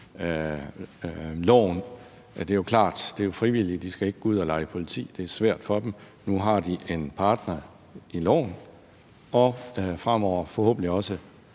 loven. Det er jo klart. Det er frivilligt, så de skal ikke gå ud og lege politi. Det er svært for dem. Nu har de en partner i loven og fremover forhåbentlig også